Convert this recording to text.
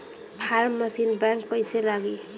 Form machine बैक कईसे लागी?